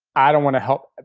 i don't want to help.